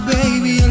Baby